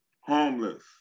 homeless